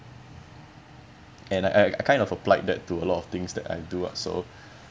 and I I I kind of applied that to a lot of things that I do ah so